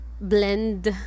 blend